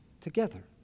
together